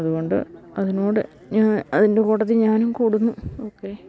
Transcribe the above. അതു കൊണ്ട് അതിനോട് ഞാൻ അതിൻ്റെ കൂട്ടത്തിൽ ഞാനും കൂടുന്നു ഓക്കെ